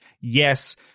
yes-